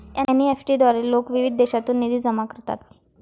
NEFT द्वारे लोक विविध देशांतून निधी जमा करतात